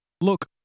look